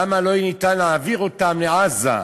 למה לא יהיה ניתן להעביר אותם לעזה,